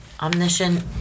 omniscient